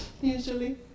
Usually